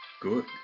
Good